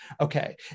Okay